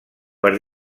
per